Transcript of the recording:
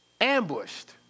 ambushed